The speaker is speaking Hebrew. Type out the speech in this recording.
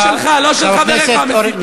ביד שלך, לא של חבריך המסיתים.